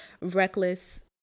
reckless